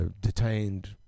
detained